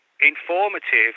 informative